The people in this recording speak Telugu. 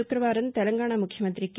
శుక్రవారం తెలంగాణ ముఖ్యమంతి కె